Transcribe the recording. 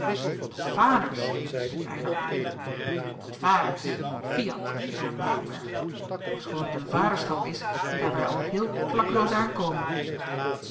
tot vaders riep eylar uit tot vaders fiat hernam hoogenberg ofschoon het een vaderschap is daar wij al heel klakkeloos aan